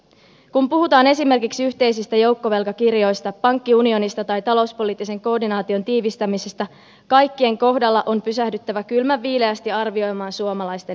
kun puhutaan esimerkiksi yhteisistä joukkovelkakirjoista pankkiunionista tai talouspoliittisen koordinaation tiivistämisestä kaikkien kohdalla on pysähdyttävä kylmän viileästi arvioimaan suomalaisten etua